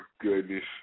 goodness